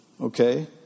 Okay